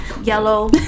yellow